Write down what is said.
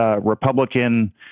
Republican